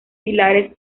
pilares